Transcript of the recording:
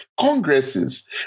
congresses